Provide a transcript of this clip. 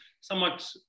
somewhat